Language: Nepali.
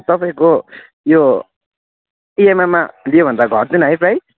तपाईँको यो इएमआईमा लियो भने त घट्दैन है प्राइस